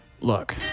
Look